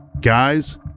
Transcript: guys